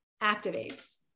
activates